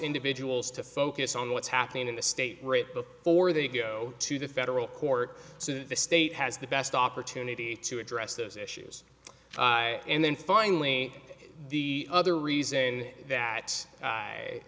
individuals to focus on what's happening in the state right before they go to the federal court so the state has the best opportunity to address those issues and then finally the other reason that